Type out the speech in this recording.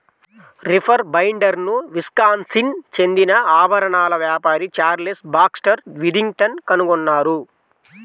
reaper బైండర్ను Wisconsin చెందిన ఆభరణాల వ్యాపారి చార్లెస్ బాక్స్టర్ విథింగ్టన్ కనుగొన్నారు